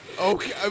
Okay